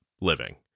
living